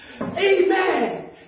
Amen